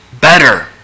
better